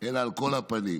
אלא על כל הפנים.